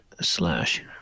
slash